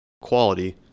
quality